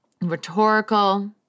rhetorical